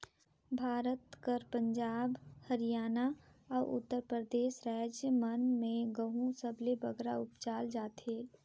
भारत कर पंजाब, हरयाना, अउ उत्तर परदेस राएज मन में गहूँ सबले बगरा उपजाल जाथे